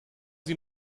sie